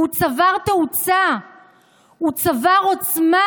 והוא צבר תאוצה וצבר עוצמה,